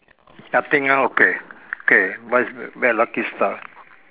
nothing ah okay okay my is bet on lucky star